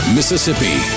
Mississippi